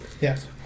Yes